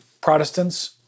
Protestants